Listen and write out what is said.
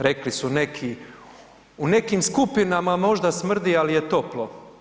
Rekli su neki u nekim skupinama možda smrdi, ali je toplo.